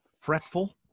fretful